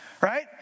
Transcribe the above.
Right